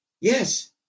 Yes